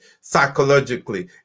psychologically